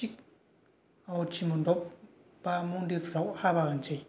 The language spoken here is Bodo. थिख आवाथि मन्दफ बा मन्दिरफ्राव हाबा होनोसै